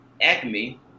Acme